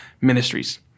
ministries